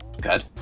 Good